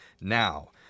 now